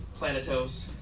planetos